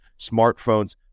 smartphones